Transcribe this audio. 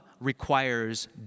requires